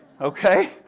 Okay